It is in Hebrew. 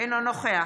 אינו נוכח